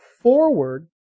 forward